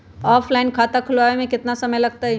Offline खाता खुलबाबे में केतना समय लगतई?